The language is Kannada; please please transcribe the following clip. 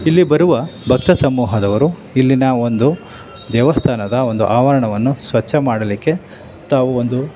ಇಲ್ಲಿ ಬರುವ ಭಕ್ತ ಸಮೂಹದವರು ಇಲ್ಲಿನ ಒಂದು ದೇವಸ್ಥಾನದ ಒಂದು ಆವರಣವನ್ನು ಸ್ವಚ್ಛ ಮಾಡಲಿಕ್ಕೆ ತಾವು ಒಂದು